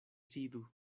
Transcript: sidu